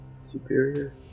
superior